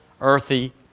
earthy